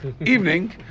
evening